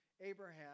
Abraham